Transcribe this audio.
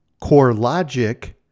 CoreLogic